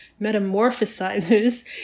metamorphosizes